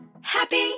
Happy